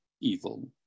evil